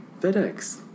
FedEx